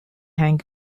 hang